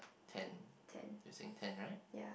ten ya